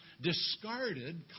discarded